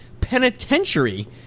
penitentiary